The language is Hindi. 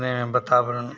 में वातावरण